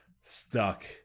stuck